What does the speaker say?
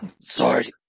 Sorry